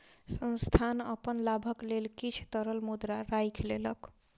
संस्थान अपन लाभक लेल किछ तरल मुद्रा राइख लेलक